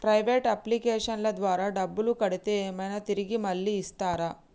Private అప్లికేషన్ల ద్వారా డబ్బులు కడితే ఏమైనా తిరిగి మళ్ళీ ఇస్తరా?